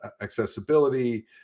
accessibility